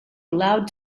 allowed